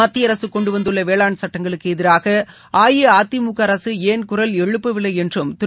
மத்திய அரசு கொண்டுவந்துள்ள வேளாண் சட்டங்களுக்கு எதிராக அஇஅதிமுக அரசு ஏன் குரல் எழுப்பவில்லை என்றும் திரு